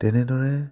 তেনেদৰে